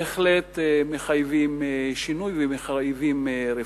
בהחלט מחייבים שינוי ומחייבים רפורמה.